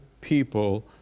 people